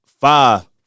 five